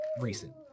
recent